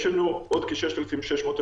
יש לי שאלה יותר חשובה.